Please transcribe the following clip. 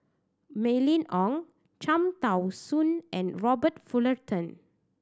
Mylene Ong Cham Tao Soon and Robert Fullerton